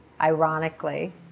ironically